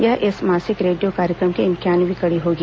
यह इस मासिक रेडियो कार्यक्रम की इंक्यानवीं कड़ी होगी